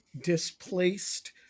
displaced